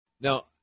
Now